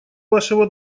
вашего